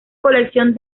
colección